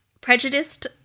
prejudiced